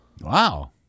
Wow